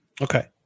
Okay